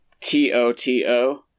T-O-T-O